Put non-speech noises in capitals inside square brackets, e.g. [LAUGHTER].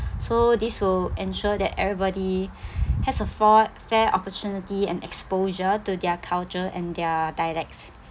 so this will ensure that everybody [BREATH] has a for~ fair opportunity and exposure to their culture and their dialects